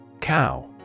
Cow